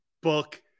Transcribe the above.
book –